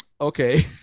okay